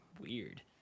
weird